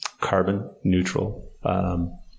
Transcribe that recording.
carbon-neutral